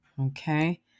Okay